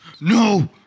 No